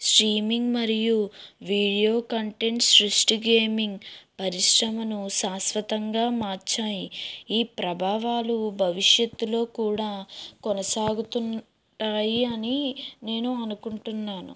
streaming మరియు video content సృష్టి gaming పరిశ్రమను శాశ్వతంగా మార్చాయి ఈ ప్రభావాలు భవిష్యత్తులో కూడా కొనసాగుతుంటాయి అని నేను అనుకుంటున్నాను